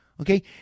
okay